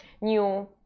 new